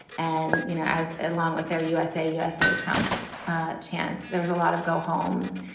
and, you know, as along with their usa, usa, trump chants, there was a lot of go homes.